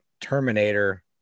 terminator